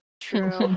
True